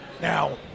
now